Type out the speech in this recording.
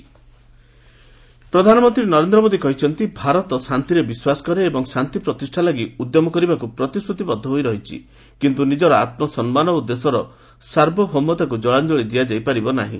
PM Mann Ki Baat ପ୍ରଧାନମନ୍ତ୍ରୀ ନରେନ୍ଦ୍ର ମୋଦି କହିଛନ୍ତି ଭାରତ ଶାନ୍ତିରେ ବିଶ୍ୱାସ କରେ ଏବଂ ଶାନ୍ତି ପ୍ରତିଷ୍ଠା ଲାଗି ଉଦ୍ୟମ କରିବାକୁ ପ୍ରତିଶ୍ରତିବଦ୍ଧ ହୋଇଛି କିନ୍ତୁ ନିଜର ଆତ୍ମସମ୍ମାନ ଓ ଦେଶର ସାର୍ବଭୌମତାକୁ କଳାଞ୍ଚଳି ଦିଆଯାଇପାରିବ ନାହିଁ